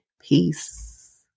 Peace